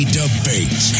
debate